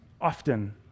often